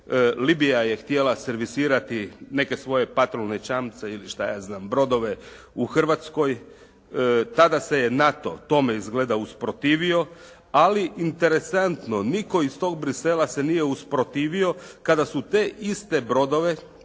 Libija je htjela servisirati neke svoje patrolne čamce ili šta ja znam brodove u Hrvatskoj, tada se je NATO tome izgleda usprotivio, ali interesantno nitko iz tog Bruxellesa se nije usprotivio kada su te iste brodove